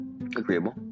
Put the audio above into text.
agreeable